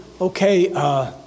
okay